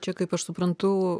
čia kaip aš suprantu